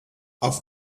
auf